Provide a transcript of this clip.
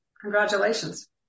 Congratulations